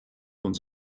uns